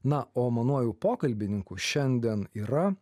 na o manuoju pokalbininku šiandien yra